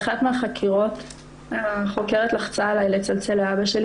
באחת מהחקירות החוקרת לחצה עלי לצלצל לאבא שלי